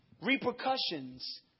Repercussions